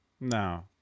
No